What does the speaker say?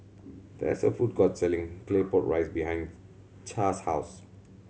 there is a food court selling Claypot Rice behind Cass' house